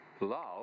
love